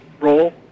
role